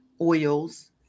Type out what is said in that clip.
oils